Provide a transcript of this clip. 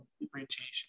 differentiation